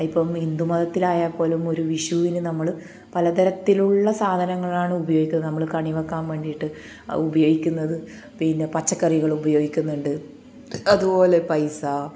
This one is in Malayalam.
ഇപ്പം ഹിന്ദു മതത്തിലായപ്പോലും ഒരു വിഷുവിനു നമ്മൾ പലതരത്തിലുള്ള സാധനങ്ങളാണ് ഉപയോഗിക്കുന്നത് നമ്മൾ കണി വെക്കാൻ വേണ്ടിട്ട് ഉപയോഗിക്കുന്നത് പിന്നെ പച്ചക്കറികളുപയോഗിക്കുന്നുണ്ട് അതുപോലെ പൈസ